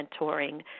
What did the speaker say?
mentoring